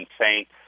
saint